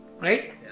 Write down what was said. Right